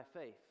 faith